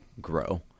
grow